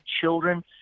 children